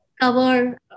cover